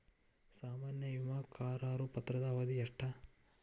ಸಾಮಾನ್ಯ ವಿಮಾ ಕರಾರು ಪತ್ರದ ಅವಧಿ ಎಷ್ಟ?